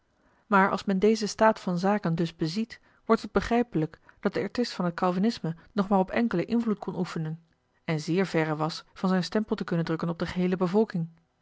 maar als men dezen staat van zaken dus beziet wordt het begrijpelijk dat de ernst van het calvinisme nog maar op enkelen invloed kon oefenen en zeer verre was van zijn stempel te kunnen drukken op de geheele bevolking